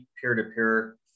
peer-to-peer